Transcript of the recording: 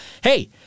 hey